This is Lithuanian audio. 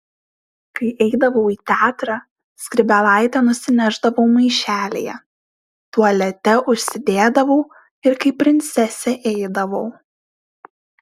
kai eidavau į teatrą skrybėlaitę nusinešdavau maišelyje tualete užsidėdavau ir kaip princesė eidavau